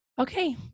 okay